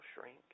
shrink